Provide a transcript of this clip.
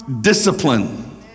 discipline